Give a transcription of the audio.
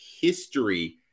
history